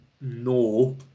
no